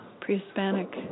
pre-Hispanic